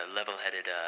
level-headed